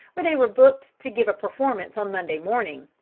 where they were booked to give a performance on monday morning.